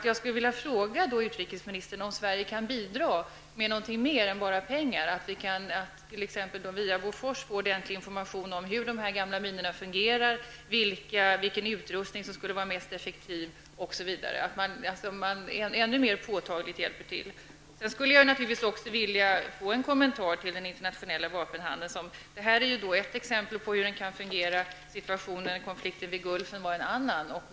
Jag skulle vilja fråga utrikesministern om Sverige kan bidra med någonting mer än bara pengar, t.ex. att man via Bofors får den information om hur dessa gamla minor fungerar, vilken utrustning som skulle vara mest effektiv i röjningsarbetet, osv. Detta skulle vara en ännu mer påtaglig hjälp. Sedan skulle jag också vilja få en kommentar om den internationella vapenhandeln. Detta är ett exempel på hur denna kan fungera. Kriget i Gulfen var ett annat exempel.